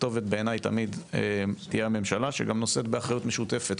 הכתובת בעיניי תמיד היא הממשלה שגם נושאת באחריות משותפת,